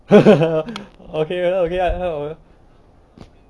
呵呵呵 okay okay